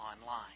online